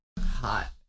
hot